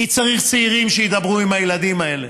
כי צריך צעירים שידברו עם הילדים האלה,